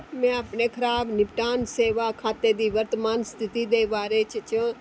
में अपने खराब निपटान सेवा खाते दी वर्तमान स्थिति दे बारे च